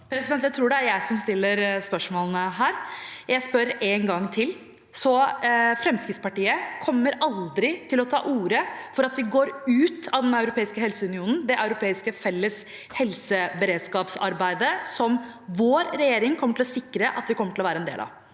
Jeg tror det er jeg som stiller spørsmålene her. Jeg spør en gang til: Fremskrittspartiet kommer aldri til å ta til orde for å gå ut av den europeiske helseunionen, det europeiske felles helseberedskapsarbeidet, som vår regjering vil sikre at vi kommer til å være en del av?